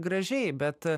gražiai bet